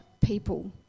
people